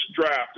draft